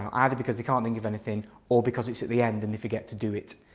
um either because they can't think of anything or because it's at the end and they forget to do it.